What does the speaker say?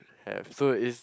have so is